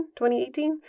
2018